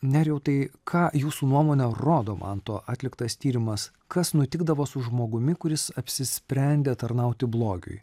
nerijau tai ką jūsų nuomone rodo manto atliktas tyrimas kas nutikdavo su žmogumi kuris apsisprendė tarnauti blogiui